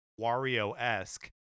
Wario-esque